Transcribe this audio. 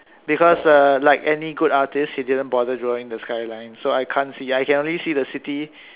because err like any good artist he didn't bother drawing the skyline so I can't see I can only see the city